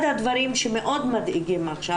אחד הדברים שמאוד מדאיגים עכשיו,